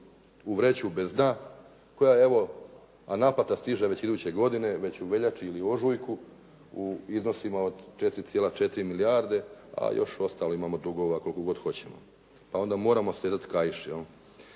u vreću bez dna, koja je evo, a naplata stiže već iduće godine, već u veljači ili ožujku u iznosima od 4,4 milijarde, a još ostalih imamo dugova koliko god hoćemo. Pa onda moramo stezati kajiš